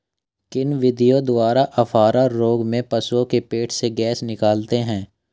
किन विधियों द्वारा अफारा रोग में पशुओं के पेट से गैस निकालते हैं?